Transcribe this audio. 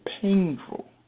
painful